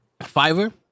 Fiverr